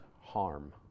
harm